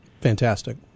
Fantastic